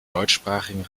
deutschsprachigen